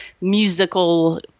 musical